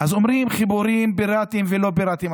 אז אומרים: חיבורים פיראטיים ולא פיראטיים,